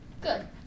Good